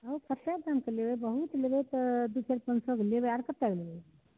आओर कतेक दामके लेबै बहुत लेबै तऽ दू चारि पान सए के लेबै आर कतेकके लेबै